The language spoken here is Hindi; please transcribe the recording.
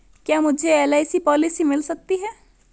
क्या मुझे एल.आई.सी पॉलिसी मिल सकती है?